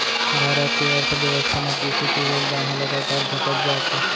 भारत के अर्थबेवस्था म कृसि के योगदान ह लगातार घटत जात हे